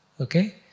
okay